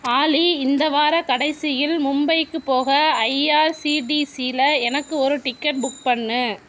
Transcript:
ஆலி இந்த வார கடைசியில் மும்பைக்கு போக ஐஆர்சிடிசியில எனக்கு ஒரு டிக்கெட் புக் பண்ணு